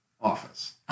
office